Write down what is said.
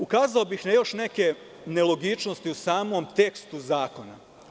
Ukazao bih na još neke nelogičnosti u samom tekstu zakona.